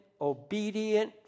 obedient